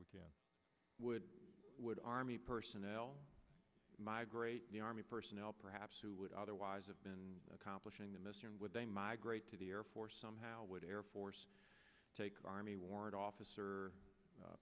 od would army personnel migrate the army personnel perhaps who would otherwise have been accomplishing the mission would they migrate to the air force some how would air force take army warrant officer